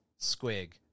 squig